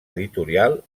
editorial